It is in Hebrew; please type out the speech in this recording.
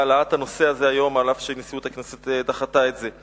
בנושא הזה היום, אף שנשיאות הכנסת דחתה את זה.